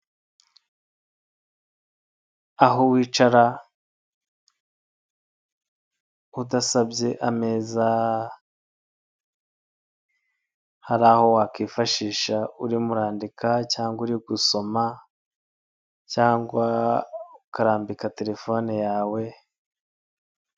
Aho wicara udasabye ameza, hari aho wakwifashisha urimo urandika cyangwa uri gusoma, cyangwa ukarambika telefone yawe.